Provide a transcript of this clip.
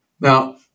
Now